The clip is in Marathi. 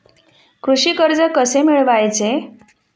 कृषी कर्ज कसे मिळवायचे?